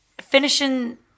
finishing